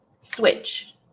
Switch